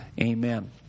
Amen